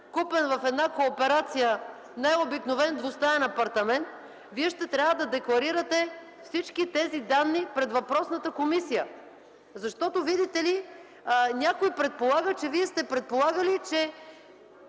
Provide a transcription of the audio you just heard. собственик на най-обикновен двустаен апартамент, купен в кооперация, ще трябва да декларирате всички тези данни пред въпросната комисия. Защото, видите ли, някой предполага, че Вие сте предполагали, че